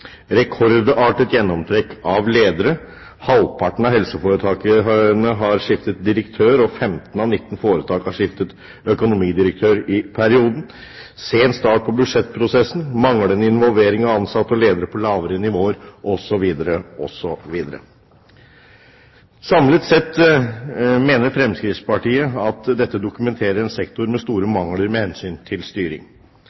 rekordartet gjennomtrekk av ledere, halvparten av helseforetakene har skiftet direktør, og 15 av 19 foretak har skiftet økonomidirektør i perioden sen start på budsjettprosessen manglende involvering av ansatte og ledere på lavere nivåer, osv. osv. Samlet sett mener Fremskrittspartiet at dette dokumenterer en sektor med store